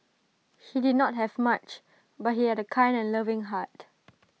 he did not have much but he had A kind and loving heart